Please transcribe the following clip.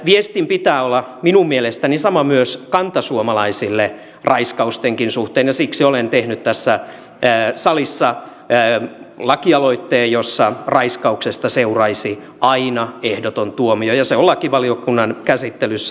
viestin pitää olla minun mielestäni sama myös kantasuomalaisille raiskaustenkin suhteen ja siksi olen tehnyt tässä salissa lakialoitteen jossa raiskauksesta seuraisi aina ehdoton tuomio ja se on lakivaliokunnan käsittelyssä